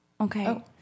Okay